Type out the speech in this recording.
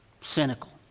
Cynical